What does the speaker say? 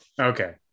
Okay